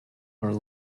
are